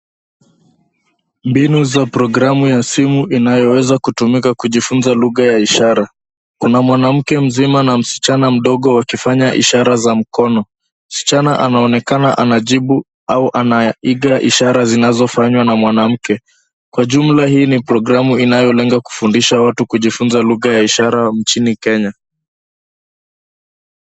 Mbinu za programu ya simu inayoweza kutumika kujifunza lugha ya ishara. Kuna mwanamke mzima na msichana mdogo wakifanya ishara za mkono. Msichana anaonekana anajibu au anaiga ishara zinazofanywa na mwanamke. Kwa jumla, hii ni programu inayolenga kufundisha watu kujifunza lugha ya ishara nchini Kenya.